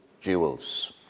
jewels